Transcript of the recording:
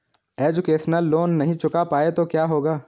Education loan नहीं चुका पाए तो क्या होगा?